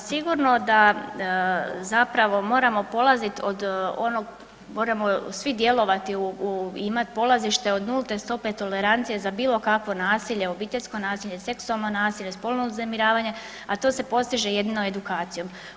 Pa sigurno da zapravo moramo polazit od onog, moramo svi djelovati u, imat polazište od nulte stope tolerancije za bilo kakvo nasilje, obiteljsko nasilje, seksualno nasilje, spolno uznemiravanje, a to se postiže jedino edukacijom.